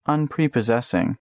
Unprepossessing